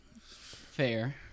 Fair